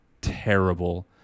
terrible